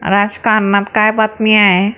राजकारणात काय बातमी आहे